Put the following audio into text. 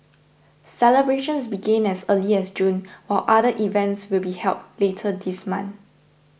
celebrations began as early as June while other events will be held later this month